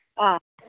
ആ